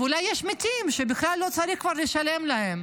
ואולי יש מתים, שבכלל כבר לא צריך לשלם להם?